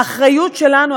האחריות שלנו,